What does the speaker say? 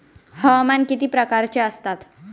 हवामान किती प्रकारचे असतात?